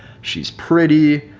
she's pretty.